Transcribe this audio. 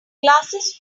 glasses